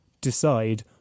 decide